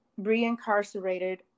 reincarcerated